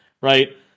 right